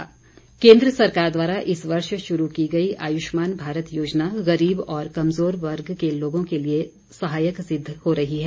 आयुष्मान केन्द्र सरकार द्वारा इस वर्ष शुरू की गई आयुष्मान भारत योजना गरीब और कमज़ोर वर्ग के लोगों के लिए सहायक सिद्ध हो रही है